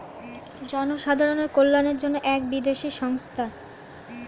জনসাধারণের কল্যাণের জন্য এক বিদেশি সংস্থা